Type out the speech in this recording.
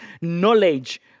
knowledge